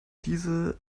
diese